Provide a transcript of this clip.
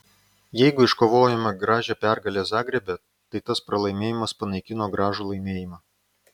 jeigu iškovojome gražią pergalę zagrebe tai tas pralaimėjimas panaikino gražų laimėjimą